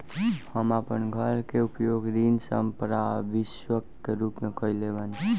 हम आपन घर के उपयोग ऋण संपार्श्विक के रूप में कइले बानी